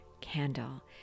candle